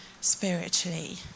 spiritually